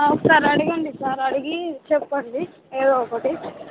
ఒకసారి అడగండి సార్ అడిగి చెప్పండి ఏదో ఒకటి